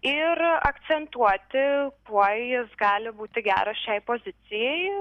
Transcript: ir akcentuoti kuo jis gali būti geras šiai pozicijai